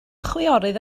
chwiorydd